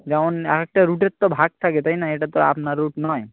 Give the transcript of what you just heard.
যেমন এক একটা রুটের তো ভাগ থাকে তাই না এটা তো আপনার রুট নয়